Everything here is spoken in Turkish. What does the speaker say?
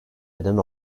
eden